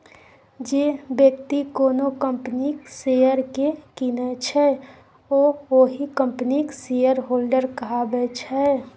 जे बेकती कोनो कंपनीक शेयर केँ कीनय छै ओ ओहि कंपनीक शेयरहोल्डर कहाबै छै